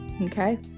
okay